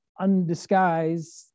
undisguised